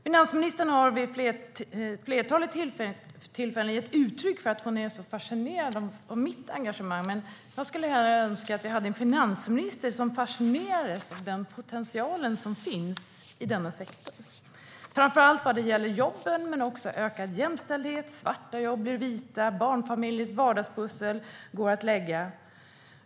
Finansministern har vid ett flertal tillfällen gett uttryck för att hon är så fascinerad av mitt engagemang, men jag skulle gärna önska att vi hade en finansminister som fascinerades av den potential som finns i denna sektor, framför allt vad gäller jobben och även för ökad jämställdhet, att svarta jobb blir vita och frågan om barnfamiljers vardagspussel.